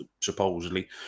supposedly